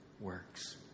works